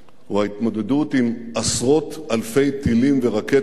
הוא ההתמודדות עם עשרות אלפי טילים ורקטות